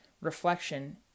reflection